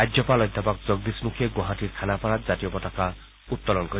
ৰাজ্যপাল অধ্যাপক জগদীশ মুখীয়ে গুৱাহাটীৰ খানাপাৰাত জাতীয় পতাকা উত্তোলন কৰিব